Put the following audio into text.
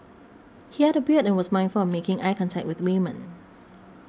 he had a beard and was mindful of making eye contact with women